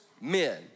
men